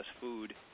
food